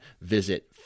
visit